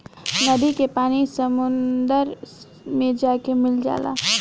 नदी के पानी समुंदर मे जाके मिल जाला